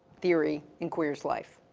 theory in queer's life.